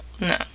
No